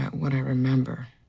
what i remember.